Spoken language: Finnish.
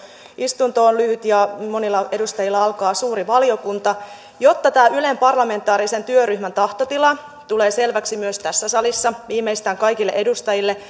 istunto on lyhyt ja monilla edustajilla alkaa suuri valiokunta jotta tämä ylen parlamentaarisen työryhmän tahtotila tulee selväksi myös viimeistään tässä salissa kaikille edustajille